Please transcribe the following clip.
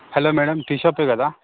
hello madam tea షాపే కదా